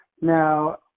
Now